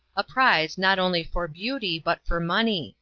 a prize not only for beauty, but for money.